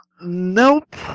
Nope